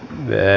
vyö